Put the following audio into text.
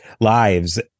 lives